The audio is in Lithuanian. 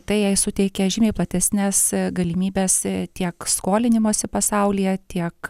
tai jai suteikia žymiai platesnes galimybes tiek skolinimosi pasaulyje tiek